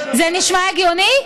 זה נשמע הגיוני?